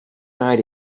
night